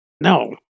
No